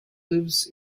lives